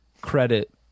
credit